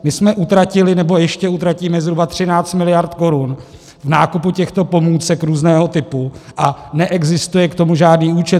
My jsme utratili, nebo ještě utratíme, zhruba 13 mld. korun v nákupu těchto pomůcek různého typu a neexistuje k tomu žádný účet.